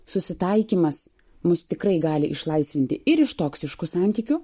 susitaikymas mus tikrai gali išlaisvinti ir iš toksiškų santykių